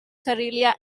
karelia